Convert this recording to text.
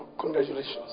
Congratulations